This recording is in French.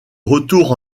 retours